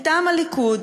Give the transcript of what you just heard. מטעם הליכוד,